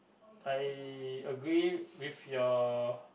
I agree with your